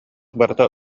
барыта